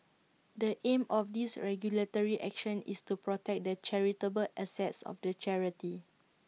the aim of this regulatory action is to protect the charitable assets of the charity